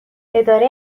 اداره